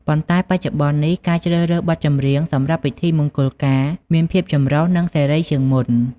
ប៉ុន្តែបច្ចុប្បន្ននេះ ការជ្រើសរើសបទចម្រៀងសម្រាប់ពិធីមង្គលការមានភាពចម្រុះនិងសេរីជាងមុន។